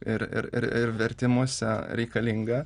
ir ir ir ir vertimuose reikalinga